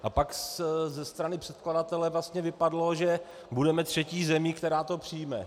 A pak ze strany předkladatele vypadlo, že budeme třetí zemí, která to přijme.